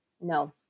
No